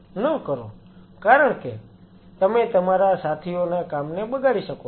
કારણ કે તમે તમારા સાથીઓના કામને બગાડી શકો છો